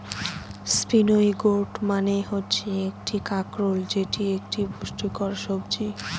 spiny gourd মানে হচ্ছে কাঁকরোল যেটি একটি পুষ্টিকর সবজি